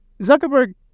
Zuckerberg